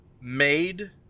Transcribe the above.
made